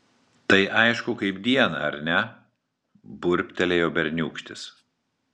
tai aišku kaip dieną ar ne burbtelėjo berniūkštis